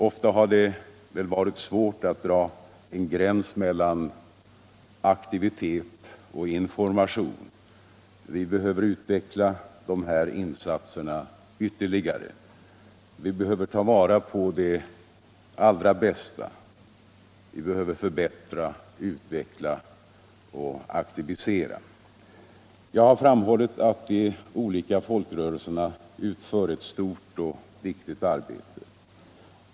Ofta har det väl varit svårt att dra en gräns mellan aktivitet och information. Vi behöver utveckla dessa insatser ytterligare. Vi behöver ta vara på det allra bästa i dessa och förbättra, utveckla och aktivisera dem. Jag har framhållit att de olika folkrörelserna utför ett stort och viktigt arbete.